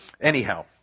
Anyhow